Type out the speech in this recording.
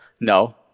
no